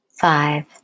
five